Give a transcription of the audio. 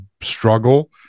struggle